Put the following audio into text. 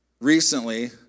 recently